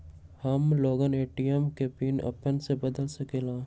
हम लोगन ए.टी.एम के पिन अपने से बदल सकेला?